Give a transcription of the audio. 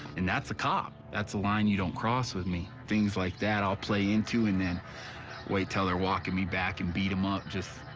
and that's a cop, that's a line you don't cross with me. things like that i'll play into and and wait till they're walking me back and beat him up jus,